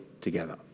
together